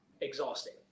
exhausting